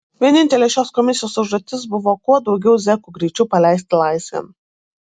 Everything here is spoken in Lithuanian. vienintelė šios komisijos užduotis buvo kuo daugiau zekų greičiau paleisti laisvėn